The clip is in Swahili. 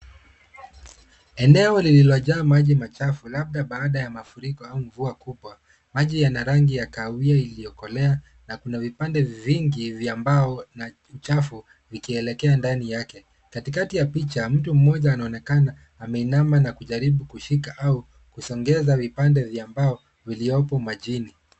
Eneo lililojaa maji machafu labda baada ya mafuriko au mvua kubwa. Maji yana rangi ya kahawia iliyokolea na kuna vipande vingi vya mbao chafu ikielekea ndani yake. Katikati ya picha, mtu mmoja anaonekana ameinama na kujaribu kushika au kusongeza vipande vya mbao viliopo majini.